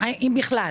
אם בכלל.